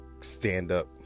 stand-up